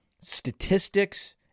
statistics